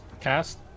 cast